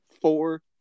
four